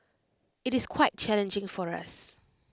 IT is quite challenging for us